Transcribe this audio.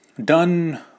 Done